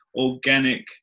organic